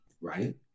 Right